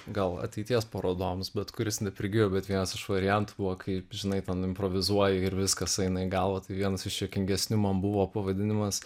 gal ateities parodoms bet kuris neprigijo bet vienas iš variantų buvo kaip žinai ten improvizuoju ir viskas eina į galvą tai vienas iš juokingesnių man buvo pavadinimas